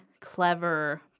clever